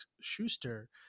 Schuster